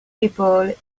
people